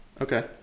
okay